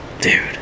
Dude